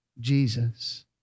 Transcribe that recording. Jesus